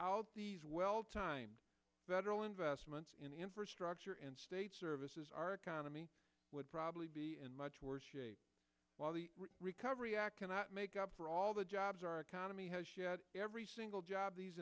t these well timed federal investments in infrastructure and state services our economy would probably be in much worse shape while the recovery act cannot make up for all the jobs our economy has yet every single job these